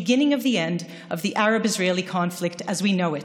הסכסוך הישראלי הערבי כפי שאנו מכירים אותו.